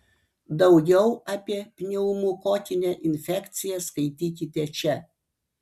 daugiau apie pneumokokinę infekciją skaitykite čia